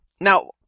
Now